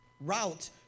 route